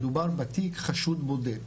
מדובר בתיק חשוד בודד,